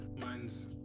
Mine's